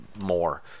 more